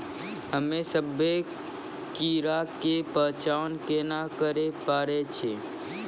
हम्मे सभ्भे कीड़ा के पहचान केना करे पाड़ै छियै?